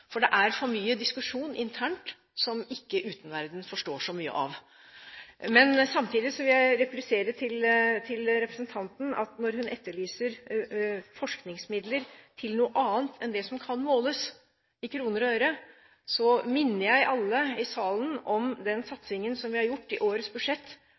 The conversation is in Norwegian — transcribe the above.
for det er for mye diskusjon internt, som ikke utenverdenen forstår så mye av. Men jeg vil samtidig replisere til representanten at når hun etterlyser forskningsmidler til noe annet enn det som kan måles i kroner og øre, så minner jeg alle i salen om den satsingen på fri prosjektstøtte vi har gjort i årets budsjett,